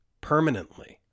permanently